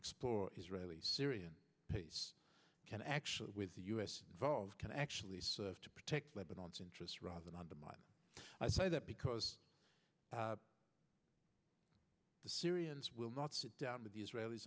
explore israeli syrian peace can actually with the us involved can actually serve to protect lebanon its interests rather than undermine it i say that because the syrians will not sit down with the israelis